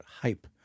hype